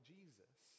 Jesus